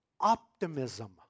optimism